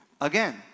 again